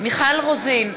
מיכל רוזין,